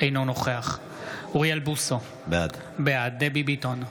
אינו נוכח אוריאל בוסו, בעד דבי ביטון,